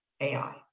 AI